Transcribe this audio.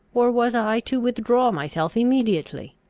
or was i to withdraw myself immediately?